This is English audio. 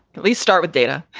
we start with data.